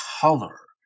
color